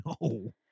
No